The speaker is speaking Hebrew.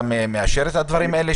אתה מאשר את הדברים האלה,